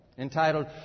Entitled